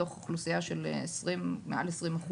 מתוך אוכלוסייה של מעל 20%,